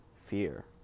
fear